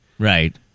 Right